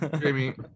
Jamie